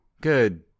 Good